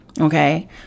Okay